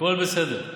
הכול בסדר,